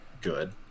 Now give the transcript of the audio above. good